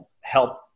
help